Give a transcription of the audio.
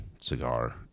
cigar